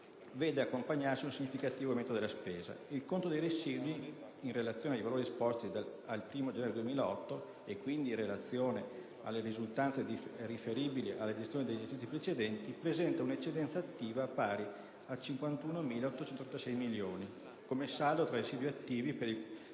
vede accompagnarsi un significativo aumento delle spese. Il conto dei residui, in relazione ai valori esposti al 1° gennaio 2008 e quindi in relazione alle risultanze riferibili alla gestione degli esercizi precedenti, presenta un'eccedenza attiva pari a 51.836 milioni, come saldo tra residui attivi per